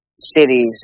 cities